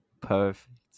Perfect